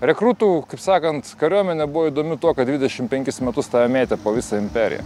rekrūtų kaip sakant kariuomenė buvo įdomi tuo kad dvidešim penkis metus tave mėtė po visą imperiją